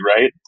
right